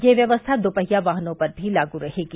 यह व्यवस्था दुपहिया वाहनों पर भी लागू रहेगी